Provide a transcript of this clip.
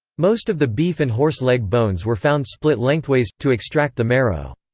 most of the beef and horse leg bones were found split lengthways, to extract the marrow.